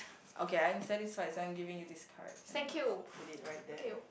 okay I'm satisfied so I'm giving you this card and I'll put it right there